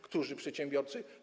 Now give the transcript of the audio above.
Którzy przedsiębiorcy?